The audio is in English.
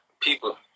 people